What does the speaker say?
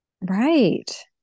Right